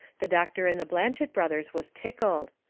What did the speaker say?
the doctor and the blanchet brothers was tickled.